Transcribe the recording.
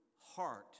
heart